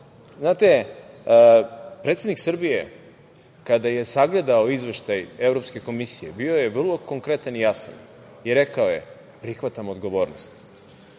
strane, predsednik Srbije kada je sagledao Izveštaj Evropske komisije bio je vrlo konkretan i jasan i rekao je – prihvatam odgovornost,